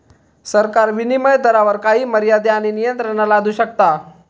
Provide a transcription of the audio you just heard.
सरकार विनीमय दरावर काही मर्यादे आणि नियंत्रणा लादू शकता